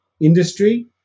industry